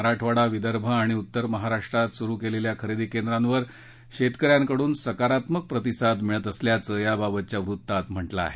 मराठवाडा विदर्भ आणि उत्तर महाराष्ट्रात सुरू केलेल्या खरेदी केंद्रांवर शेतकऱ्यांकडून सकारात्मक प्रतिसाद मिळत असल्याचं याबाबतच्या वृत्तात म्हटलं आहे